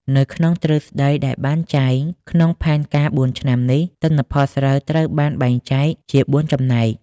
នៅក្នុងទ្រឹស្តីដែលបានចែង ក្នុងផែនការបួនឆ្នាំនេះ ទិន្នផលស្រូវត្រូវបានបែងចែកជាបួនចំណែក ។